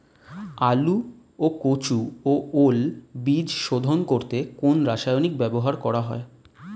আলু ও কচু ও ওল বীজ শোধন করতে কোন রাসায়নিক ব্যবহার করা হয়?